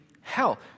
hell